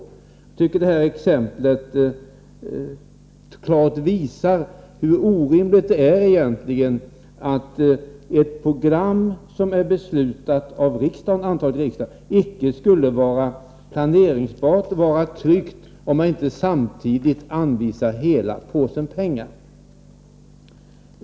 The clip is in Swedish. Jag tycker att det här exemplet klart visar hur orimligt det är att ett program, som är antaget av riksdagen, inte skulle vara planeringsbart, inte vara tryggt, om man inte samtidigt anvisar hela påsen pengar.